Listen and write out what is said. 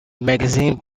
magazine